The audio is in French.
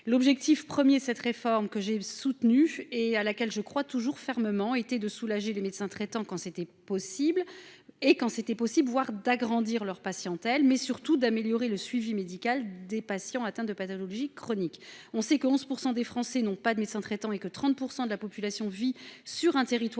L'objectif premier de cette réforme, que j'ai soutenue et à laquelle je crois toujours fermement, était de soulager les médecins traitants lorsque cela était possible, voire d'agrandir leur patientèle, mais surtout d'améliorer le suivi médical des patients atteints de pathologies chroniques. Sachant que 11 % des Français n'ont pas de médecin traitant et que 30 % de la population vit sur un territoire